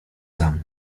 sam